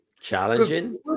Challenging